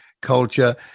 culture